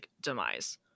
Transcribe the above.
demise